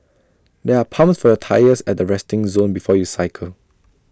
there are pumps for your tyres at the resting zone before you cycle